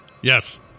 Yes